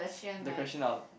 the question of